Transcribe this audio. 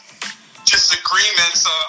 disagreements